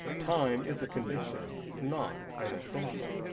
time is a condition, not an essential.